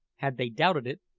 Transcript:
had they doubted it,